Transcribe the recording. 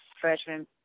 freshman